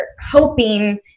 hoping